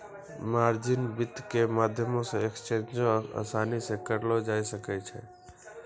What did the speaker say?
margin वित्त के माध्यमो से एक्सचेंजो असानी से करलो जाय सकै छै